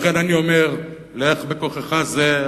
לכן אני אומר: לך בכוחך זה.